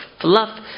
fluff